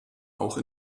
auch